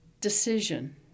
decision